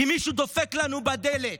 כי מישהו דופק לנו בדלת,